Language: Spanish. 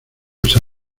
quiere